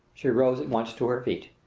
she rose at once to her feet.